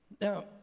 Now